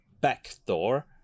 backdoor